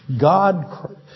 God